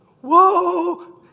whoa